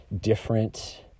different